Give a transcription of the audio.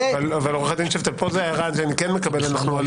עורך הדין שפטל, את ההערה שאני כן מקבל.